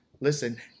Listen